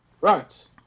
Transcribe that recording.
Right